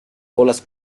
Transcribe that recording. colas